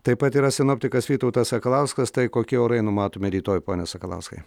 taip pat yra sinoptikas vytautas sakalauskas tai kokie orai numatomi rytoj pone sakalauskai